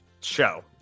show